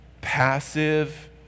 passive